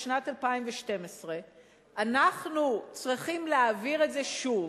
שנת 2012 אנחנו צריכים להעביר את זה שוב,